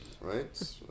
Right